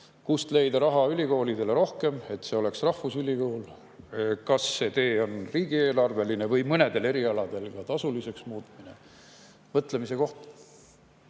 kust leida ülikoolidele rohkem raha, et meil oleks rahvusülikool. Kas see tee on riigieelarveline või mõnede erialade tasuliseks muutmine – mõtlemise koht.